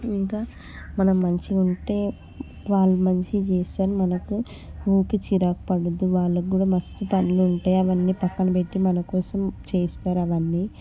ఇంకా మనం మంచిగా ఉంటే వాళ్ళు మంచి చేస్తారు మనకు ఊరికే చిరాకు పడవద్దు వాళ్ళకు కూడా మస్తు పనులు ఉంటాయి అవన్నీ పక్కనపెట్టి మనకోసం చేస్తారు అవన్నీ